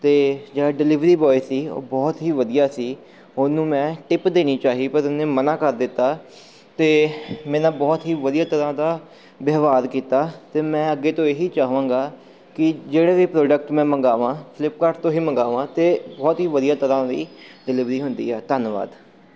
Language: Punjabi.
ਅਤੇ ਜਿਹੜਾ ਡਿਲੀਵਰੀ ਬੋਆਏ ਸੀ ਉਹ ਬਹੁਤ ਹੀ ਵਧੀਆ ਸੀ ਉਹਨੂੰ ਮੈਂ ਟਿੱਪ ਦੇਣੀ ਚਾਹੀ ਪਰ ਉਹਨੇ ਮਨ੍ਹਾਂ ਕਰ ਦਿੱਤਾ ਅਤੇ ਮੇਰੇ ਨਾਲ ਬਹੁਤ ਹੀ ਵਧੀਆ ਤਰ੍ਹਾਂ ਦਾ ਵਿਵਹਾਰ ਕੀਤਾ ਅਤੇ ਮੈਂ ਅੱਗੇ ਤੋਂ ਇਹੀ ਚਾਹਾਂਗਾ ਕਿ ਜਿਹੜੇ ਵੀ ਪ੍ਰੋਡਕਟ ਮੈਂ ਮੰਗਵਾਵਾਂ ਫਲਿੱਪਕਾਟ ਤੋਂ ਹੀ ਮੰਗਵਾਵਾਂ ਅਤੇ ਬਹੁਤ ਹੀ ਵਧੀਆ ਤਰ੍ਹਾਂ ਦੀ ਡਿਲੀਵਰੀ ਹੁੰਦੀ ਆ ਧੰਨਵਾਦ